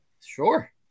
Sure